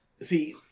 see